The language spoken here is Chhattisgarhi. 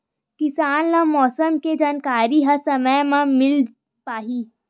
किसान ल मौसम के जानकारी ह समय म मिल पाही?